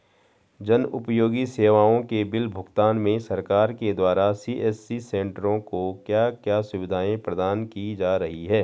जन उपयोगी सेवाओं के बिल भुगतान में सरकार के द्वारा सी.एस.सी सेंट्रो को क्या क्या सुविधाएं प्रदान की जा रही हैं?